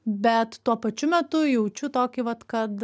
bet tuo pačiu metu jaučiu tokį vat kad